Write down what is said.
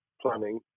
planning